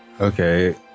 Okay